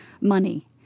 money